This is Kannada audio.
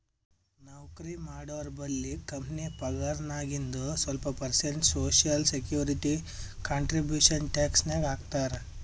ನೌಕರಿ ಮಾಡೋರ್ಬಲ್ಲಿ ಕಂಪನಿ ಪಗಾರ್ನಾಗಿಂದು ಸ್ವಲ್ಪ percent social security contribution tax ನಾಗ್ ಹಾಕ್ತಾರ್